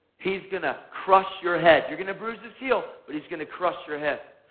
he's going to crush your head. you're going to bruise his heel, but he's going to crush your head.